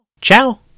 Ciao